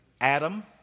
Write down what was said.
Adam